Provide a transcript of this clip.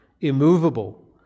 immovable